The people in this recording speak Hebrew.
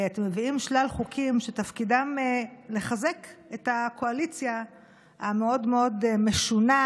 אתם מביאים שלל חוקים שתפקידם לחזק את הקואליציה המאוד-מאוד משונה,